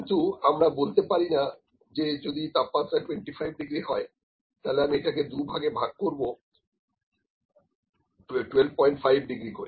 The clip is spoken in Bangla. কিন্তু আমরা বলতে পারি না যে যদি তাপমাত্রা 25 ডিগ্রি হয় তাহলে আমি এটাকে দুভাগে ভাগ করব 125 ডিগ্রি করে